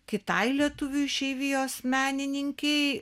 kitai lietuvių išeivijos menininkei